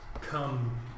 come